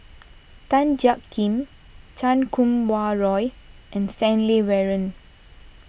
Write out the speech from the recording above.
Tan Jiak Kim Chan Kum Wah Roy and Stanley Warren